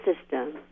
system